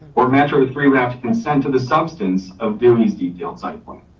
or metro three, would have to consent to the substance of bowie's detailed site plan.